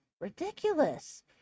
ridiculous